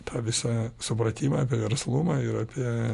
tą visą supratimą apie verslumą ir apie